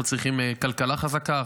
אנחנו צריכים כלכלה חזקה,